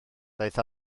ddaeth